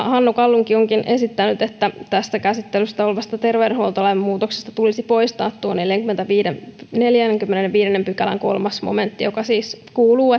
hannu kallunki onkin esittänyt että tästä käsittelyssä olevasta terveydenhuoltolain muutoksesta tulisi poistaa tuo neljännenkymmenennenviidennen pykälän kolmas momentti joka siis kuuluu